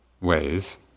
ways